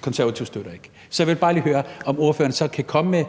Konservative støtter ikke. Så jeg vil bare lige høre, om ordføreren så kan komme med,